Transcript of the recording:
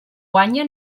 guanya